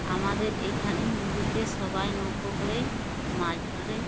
আমাদের এখানে নদীতে সবাই নৌকো করেই মাছ ধরে